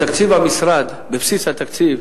בתקציב המשרד, בבסיס התקציב,